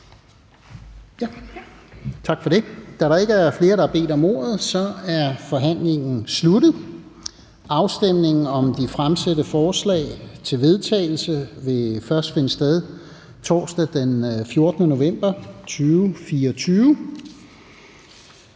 Tak for det. Da der ikke er flere, der har bedt om ordet, er forhandlingen sluttet. Afstemningen om de fremsatte forslag til vedtagelse vil først finde sted torsdag den 14. november 2024.